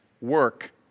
work